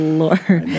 lord